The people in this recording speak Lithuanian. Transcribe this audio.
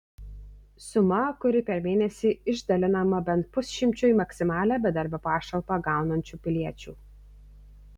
suma kuri per mėnesį išdalijama bent pusšimčiui maksimalią bedarbio pašalpą gaunančių piliečių